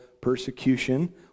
Persecution